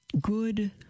good